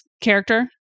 character